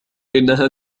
إنها